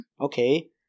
Okay